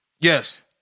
Yes